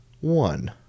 one